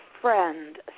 friend